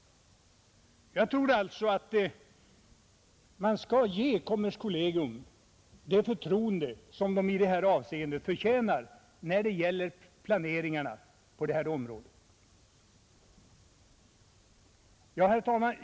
Jag tror alltså att kommerskollegium bör ges det förtroende som det förtjänar när det gäller planeringen på det här området. Herr talman!